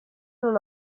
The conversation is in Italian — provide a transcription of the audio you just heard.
non